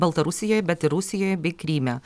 baltarusijoj bet ir rusijoj bei kryme